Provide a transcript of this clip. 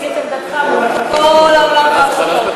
תעלה, תעלה, תציג את עמדתך מול כל העולם ואחותו.